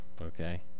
Okay